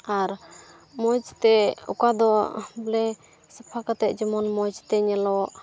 ᱟᱨ ᱢᱚᱡᱽ ᱛᱮ ᱚᱠᱟ ᱫᱚ ᱵᱚᱞᱮ ᱥᱟᱯᱷᱟ ᱠᱟᱛᱮᱫ ᱡᱮᱢᱚᱱ ᱢᱚᱡᱽ ᱛᱮ ᱧᱮᱞᱚᱜ